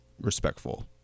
respectful